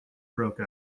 broke